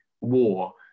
war